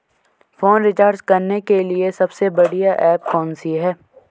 Phone recharge करने के लिए सबसे बढ़िया ऐप कौन सी है?